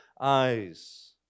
eyes